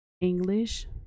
english